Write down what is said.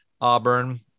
Auburn